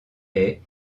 haies